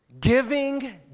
Giving